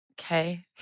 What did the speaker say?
Okay